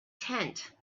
tent